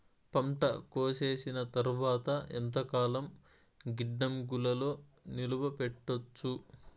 పంట కోసేసిన తర్వాత ఎంతకాలం గిడ్డంగులలో నిలువ పెట్టొచ్చు?